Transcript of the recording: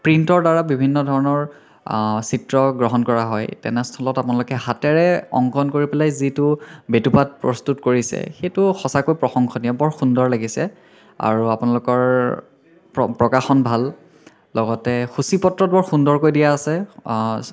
প্ৰিণ্টৰ দ্বাৰা বিভিন্ন ধৰণৰ চিত্ৰ গ্ৰহণ কৰা হয় তেনেস্থলত আপোনালোকে হাতেৰে অংকন কৰি পেলাই যিটো বেটুপাত প্ৰস্তুত কৰিছে সেইটো সঁচাকৈ প্ৰসংসনীয় বৰ সুন্দৰ লাগিছে আৰু আপোনালোকৰ প্ৰকাশন ভাল লগতে সূচীপত্ৰত বৰ সুন্দৰকৈ দিয়া আছে